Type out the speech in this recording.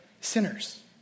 sinners